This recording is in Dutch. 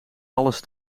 alles